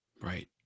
right